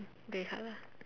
grey color